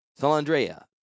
Salandrea